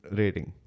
rating